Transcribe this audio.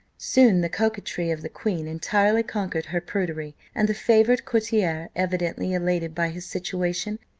soon the coquetry of the queen entirely conquered her prudery and the favoured courtier, evidently elated by his situation,